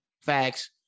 Facts